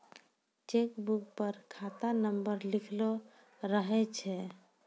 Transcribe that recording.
cheque book पर खाता number लिखलो रहै छै